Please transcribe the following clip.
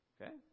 Okay